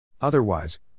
Otherwise